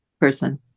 person